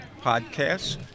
podcast